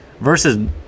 versus